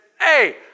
Hey